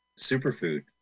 Superfood